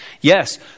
yes